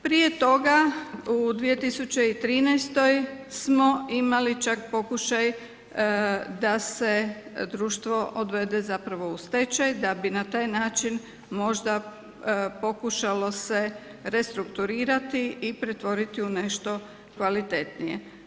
Prije toga, u 2013. smo imali čak pokušaj da se društvo odvede u stečaj, da bi na taj način možda pokušalo se restrukturirati i pretvoriti u nešto kvalitetnije.